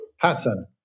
pattern